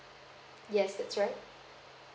yes that's right